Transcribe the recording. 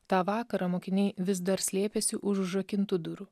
tą vakarą mokiniai vis dar slėpėsi už užrakintų durų